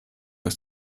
ist